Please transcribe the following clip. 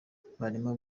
barimo